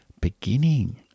beginning